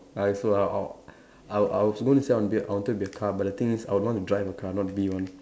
I also I orh I I was going to say I wanted be I wanted to be a car but the thing is I would want to drive a car not be one